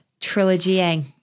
trilogying